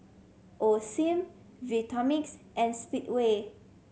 Osim Vitamix and Speedway